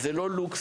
אז זה לא לוקסוס.